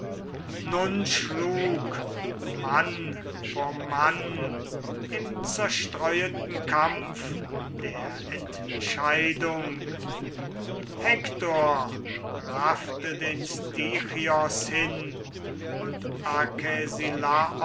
nun schlug mann vor mann im zerstreueten kampf der entscheidung hektor raffte den stichios hin und